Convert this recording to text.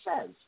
says